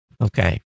Okay